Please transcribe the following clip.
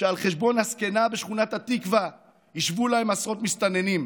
שעל חשבון הזקנה בשכונת התקווה ישבו להם עשרות מסתננים.